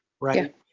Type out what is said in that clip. right